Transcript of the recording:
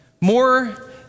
more